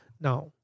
Now